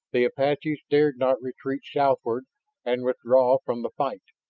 the apaches dared not retreat southward and withdraw from the fight,